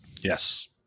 Yes